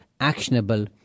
actionable